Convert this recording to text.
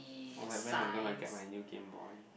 or like when I'm gonna get my new GameBoy